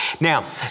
Now